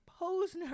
Posner